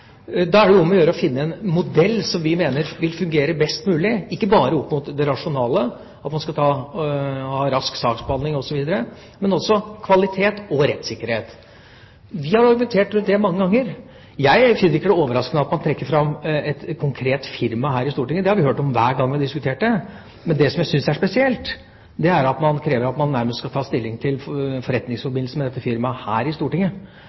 Da er det jo om å gjøre å finne en modell som vi mener vil fungere best mulig, ikke bare opp mot det rasjonelle, at man skal ha rask saksbehandling osv., men også opp mot kvalitet og rettssikkerhet. Vi har argumentert rundt det mange ganger. Jeg finner det ikke overraskende at man trekker fram et konkret firma her i Stortinget. Det har vi hørt om hver gang vi har diskutert dette. Det som jeg syns er spesielt, er at man krever at man nærmest skal ta stilling til en forretningsforbindelse med dette firmaet her i Stortinget